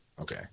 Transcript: Okay